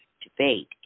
debate